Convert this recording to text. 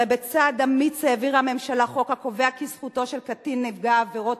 הרי בצעד אמיץ העבירה הממשלה חוק הקובע כי זכותו של קטין נפגע עבירות